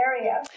area